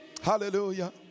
Hallelujah